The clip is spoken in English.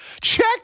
check